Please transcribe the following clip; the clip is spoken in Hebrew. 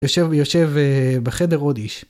יושב יושב בחדר עוד איש.